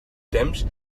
temps